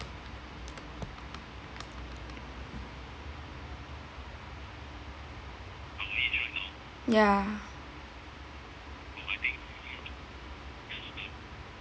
ya